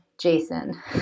Jason